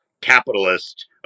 capitalist